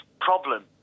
problem